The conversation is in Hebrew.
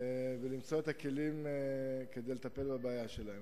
ולמצוא את הכלים לטפל בבעיה שלהם.